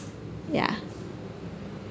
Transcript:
ya